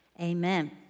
Amen